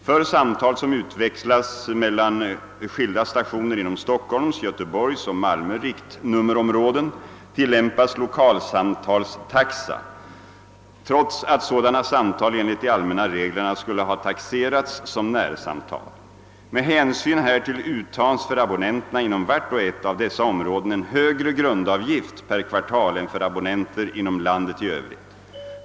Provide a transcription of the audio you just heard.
För samtal som utväxlas mellan skilda stationer inom Stockholms, Göteborgs och Malmö riktnummerområden tillämpas lokalsamtalstaxa, trots att sådana samtal enligt de allmänna reglerna skulle ha taxerats som närsamtal. Med hänsyn härtill uttas för abonnenterna inom vart och ett av dessa områden en högre grundavgift per kvartal än för abonnenter inom landet i övrigt.